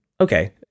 okay